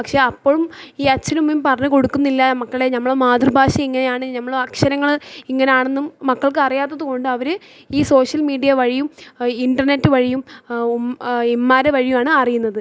പക്ഷേ അപ്പളും ഈ അച്ഛനും അമ്മേം പറഞ്ഞു കൊടുക്കുന്നില്ല മക്കളേ ഞമ്മൾ മാതൃഭാഷ ഇങ്ങനെയാണ് ഞമ്മള അക്ഷരങ്ങൾ ഇങ്ങനാണെന്നും മക്കൾക്കറിയാത്തതുകൊണ്ട് അവർ ഈ സോഷ്യൽ മീഡിയ വഴിയും ഇൻ്റർനെറ്റ് വഴിയും ഇമ്മാരു വഴിയുമാണ് അറിയുന്നത്